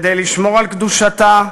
כדי לשמור על קדושתה,